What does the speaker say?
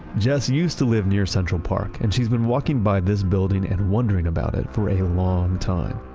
jess used to live near central park and she's been walking by this building and wondering about it for a long time.